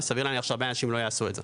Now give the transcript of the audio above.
וסביר להניח שהרבה אנשים לא יעשו את זה.